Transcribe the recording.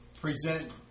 present